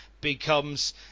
becomes